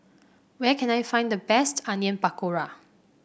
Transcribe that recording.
where can I find the best Onion Pakora